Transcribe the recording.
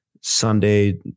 sunday